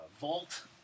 vault